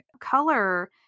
color